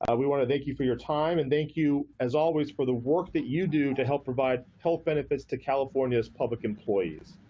and we want to thank you for your time and thank you as always for the work that you do to help provide health benefits to california's public employees.